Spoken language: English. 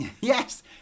Yes